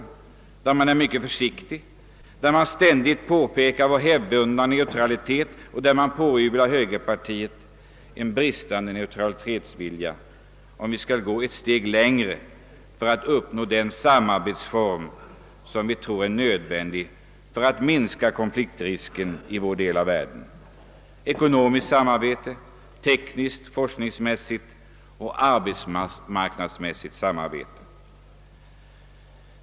Där är man mycket försiktig, där framhåller man ständigt vår hävdvunna neutralitet och där pådyvlar man högerpartiet en bristande neutralitetsvilja, om vi vill gå ett steg längre för att uppnå det samarbete som vi tror är nödvändigt för att minska konfliktrisken i vår del av världen, ekonomiskt samarbete, tekniskt, forskningsmässigt och arbetsmarknadsmässigt samarbete.